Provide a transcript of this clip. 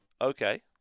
Okay